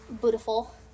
beautiful